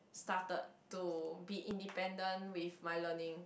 started to be independent with my learning